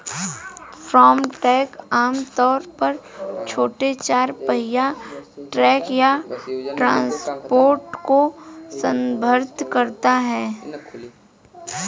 farm truck आम तौर पर छोटे चार पहिया ट्रक या ट्रांसपोर्टर को संदर्भित करता है